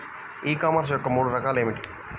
ఈ కామర్స్ యొక్క మూడు రకాలు ఏమిటి?